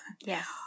Yes